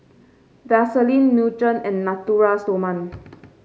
Vaselin Nutren and Natura Stoma